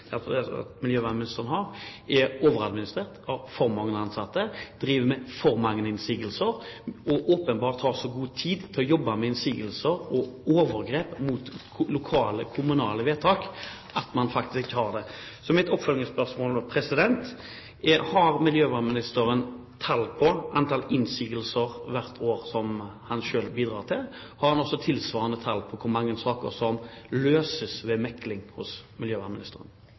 for mange innsigelser og har åpenbart så god tid til å jobbe med innsigelser og overgrep mot lokale kommunale vedtak at man faktisk gjør det. Mitt oppfølgingsspørsmål er derfor: Har miljøvernministeren tall på hvor mange innsigelser han selv hvert år bidrar til? Har han også tilsvarende tall på hvor mange saker som løses ved mekling hos miljøvernministeren?